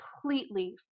completely